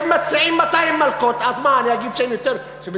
אז,